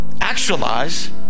actualize